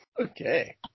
Okay